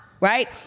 right